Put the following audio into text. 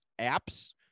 apps